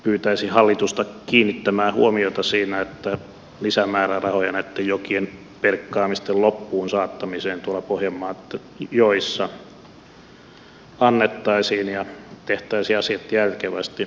pyytäisin hallitusta kiinnittämään huomiota siihen että lisämäärärahoja näitten jokien perkaamisten loppuun saattamiseen tuolla pohjanmaan joissa annettaisiin ja tehtäisiin asiat järkevästi